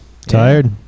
tired